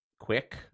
quick